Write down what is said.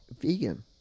vegan